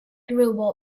grew